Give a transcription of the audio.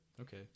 Okay